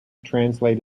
translate